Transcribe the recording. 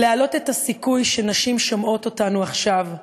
כדי להעלות את הסיכוי שנשים ששומעות אותנו עכשיו,